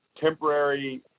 temporary